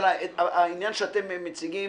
אבל העניין שאתם מציגים,